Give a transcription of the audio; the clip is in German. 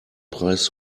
preis